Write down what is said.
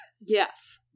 yes